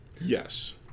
Yes